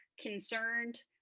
concerned